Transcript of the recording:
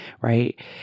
right